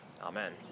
Amen